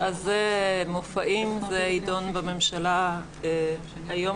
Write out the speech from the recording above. מופעים זה יידון בממשלה היום,